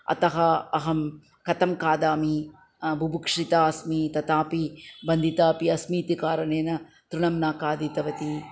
अतः अहं कथं खादामि बुभुक्षिता अस्मि तथापि बन्धिता अपि अस्मि इति कारणेन तृणं न खादितवती